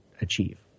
achieve